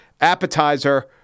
appetizer